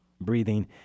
breathing